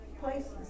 places